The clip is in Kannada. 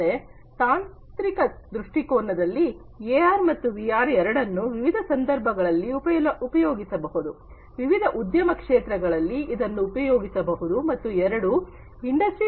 ಮತ್ತೆ ತಾಂತ್ರಿಕ ದೃಷ್ಟಿಕೋನದಲ್ಲಿ ಎಆರ್ ಮತ್ತು ವಿಆರ್ ಎರಡನ್ನು ವಿವಿಧ ಸಂದರ್ಭಗಳಲ್ಲಿ ಉಪಯೋಗಿಸಬಹುದು ವಿವಿಧ ಉದ್ಯಮ ಕ್ಷೇತ್ರಗಳಲ್ಲಿ ಇದನ್ನು ಉಪಯೋಗಿಸಬಹುದು ಮತ್ತು ಎರಡೂ ಇಂಡಸ್ಟ್ರಿ4